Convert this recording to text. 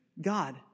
God